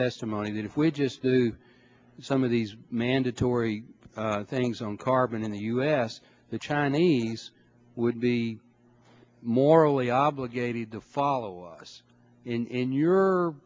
testimony that if we just do some of these mandatory things on carbon in the us the chinese would be morally obligated to follow us in your